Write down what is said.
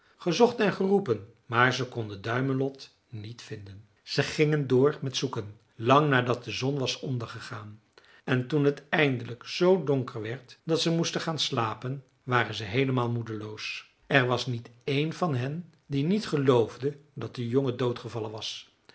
gezocht en geroepen maar ze konden duimelot niet vinden ze gingen door met zoeken lang nadat de zon was ondergegaan en toen het eindelijk zoo donker werd dat ze moesten gaan slapen waren ze heelemaal moedeloos er was niet een van hen die niet geloofde dat de jongen dood gevallen was